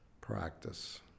practice